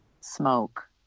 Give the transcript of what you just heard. smoke